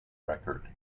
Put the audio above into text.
record